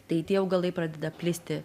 tai tie augalai pradeda plisti